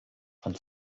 von